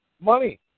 Money